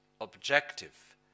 objective